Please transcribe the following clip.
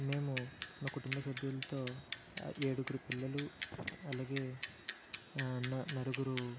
మేము మా కుటుంబ సభ్యులతో ఆ ఏడుగురు పిల్లలు అలాగే నలుగురు